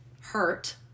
hurt